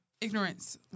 ignorance